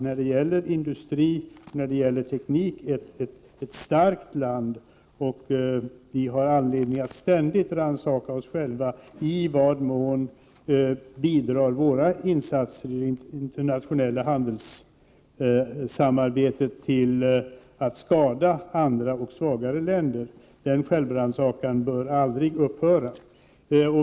När det gäller industri och teknik är Sverige trots allt starkt, och vi har anledning att ständigt rannsaka oss själva: I vad mån bidrar våra insatser i det internationella handelssamarbetet till att skada andra och svagare länder? Den självrannsakan bör aldrig upphöra.